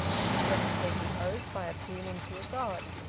instead of taking oath by appealing to a god.